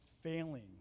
failing